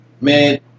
man